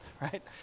right